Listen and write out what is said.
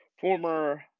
former